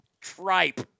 tripe